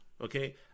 okay